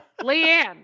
Leanne